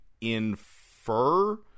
infer